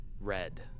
red